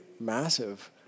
massive